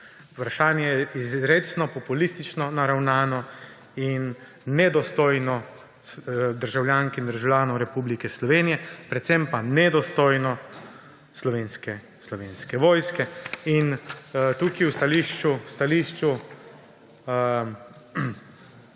Vprašanje je izrecno populistično naravnano in nedostojno do državljank in državljanov Republike Slovenije, predvsem pa nedostojno Slovenske vojske. In v stališču